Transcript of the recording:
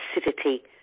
acidity